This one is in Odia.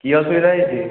କି ଅସୁବିଧା ହେଇଛି